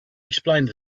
explained